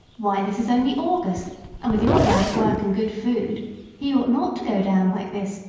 why, this is only august and with your light work and good food he ought not to go down like this,